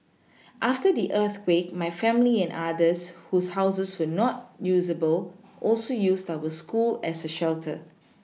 after the earthquake my family and others whose houses were not usable also used our school as a shelter